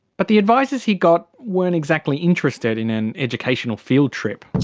but the advisers he got weren't exactly interested in an educational field trip.